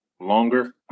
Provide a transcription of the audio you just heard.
longer